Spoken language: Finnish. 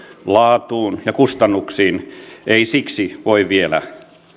laatuun ja kustannuksiin ei siksi voi vielä